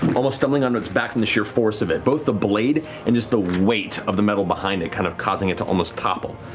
almost doubling onto its back from the sheer force of it, both the blade and just the weight of the metal behind it kind of causing it to almost topple.